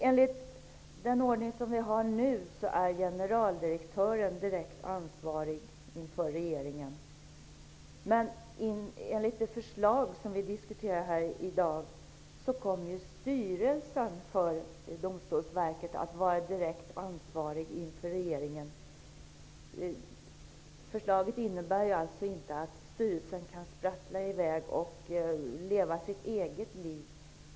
Enligt den ordning vi har nu är generaldirektören direkt ansvarig inför regeringen, men enligt det förslag som vi diskuterar i dag kommer ju styrelsen för Domstolsverket att vara direkt ansvarig inför regeringen. Förslaget innebär alltså inte att styrelsen kan sprattla i väg och leva sitt eget liv.